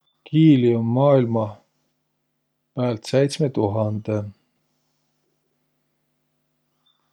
Kiili um maailmah päält säitsme tuhandõ